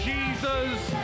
Jesus